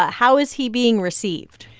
how is he being received?